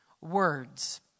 words